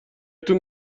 تون